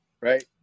right